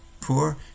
Poor